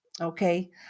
Okay